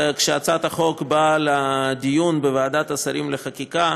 כשהצעת החוק באה לדיון בוועדת השרים לחקיקה,